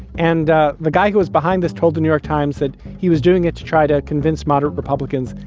and ah the guy who was behind this told the new york times that he was doing it to try to convince moderate republicans,